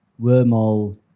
wormhole